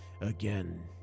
again